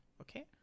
okay